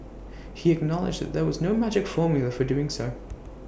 he acknowledged that there was no magic formula for doing so